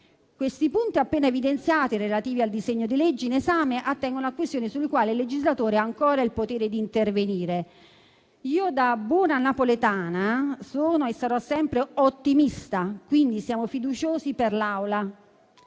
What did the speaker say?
I punti appena evidenziati relativi al disegno di legge in esame attengono a questioni sulle quali il legislatore ha ancora il potere di intervenire. Io, da buona napoletana, sono e sarò sempre ottimista, quindi siamo fiduciosi sul